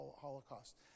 Holocaust